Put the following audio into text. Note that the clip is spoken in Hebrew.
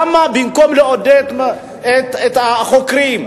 למה במקום לעודד את החוקרים,